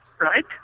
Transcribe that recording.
Right